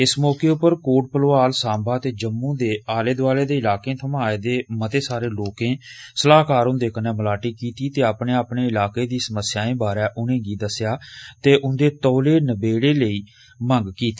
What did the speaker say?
इस मौके पर कोट भलवाल सांबा ते जम्मू दे आले दुआले दे इलाकें थमां आए दे मते सारे लोकें सलाह्कार हुंदे कन्नै मलाटी कीती ते अपने अपने इलाकें दिए समस्याएं बारे उनेंगी अवगत करोआए ते जंदे तौले नबेड़े लेई गलाया